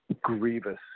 grievous